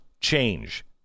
change